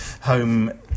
home